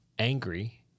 angry